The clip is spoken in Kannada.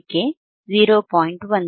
ಗಳಿಕೆ 0